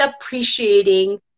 appreciating